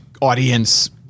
audience